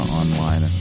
online